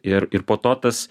ir ir po to tas